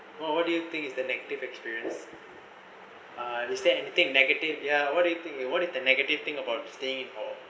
what what do you think is the negative experience I understand anything negative ya what do you think what is the negative thing about staying in hall